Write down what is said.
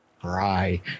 Cry